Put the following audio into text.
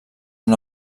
una